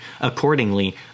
Accordingly